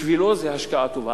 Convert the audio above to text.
בשבילו זה השקעה טובה.